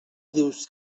dius